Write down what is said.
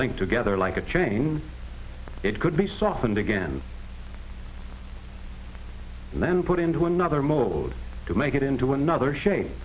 linked together like a chain it could be softened again and then put into another mode to me it into another sha